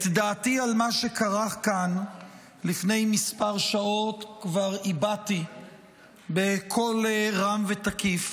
את דעתי על מה שקרה כאן לפני כמה שעות כבר הבעתי בקול רם ותקיף,